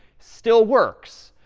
still works,